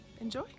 Enjoy